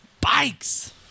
Bikes